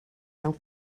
mewn